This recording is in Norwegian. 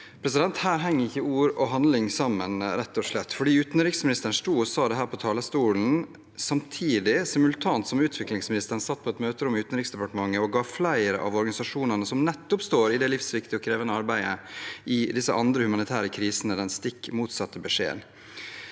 Her henger ikke ord og handling sammen, rett og slett. Utenriksministeren sto og sa dette på talerstolen samtidig med at utviklingsministeren satt på et møterom i Utenriksdepartementet og ga flere av organisasjonene som står i det livsviktige og krevende arbeidet i de andre humanitære krisene, den stikk motsatte beskjeden.